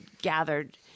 gathered